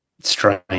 strange